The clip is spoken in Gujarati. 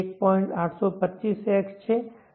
825x છે x રેટિંગ છે વોટેજ માં